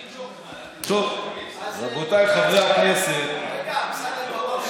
טוב, רבותיי חברי הכנסת, רגע, אמסלם,